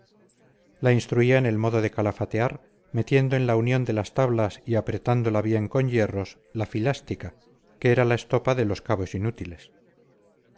la instruía en el modo de calafatear metiendo en la unión de las tablas y apretándola bien con hierros la filástica que era la estopa de los cabos inútiles